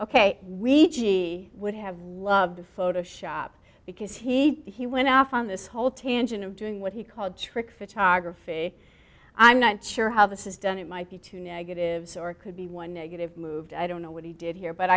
we would have loved photoshop because he he went off on this whole tangent of doing what he called trick photography i'm not sure how this is done it might be two negatives or it could be one negative moved i don't know what he did here but